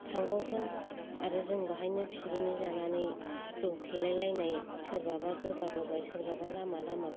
थांबावगोन आरो जों बाहायनो पिकनिक जानानै जौ फेलायलायनाय सोरबाबा गोबाबोबाय सोरबाबा लामा लामा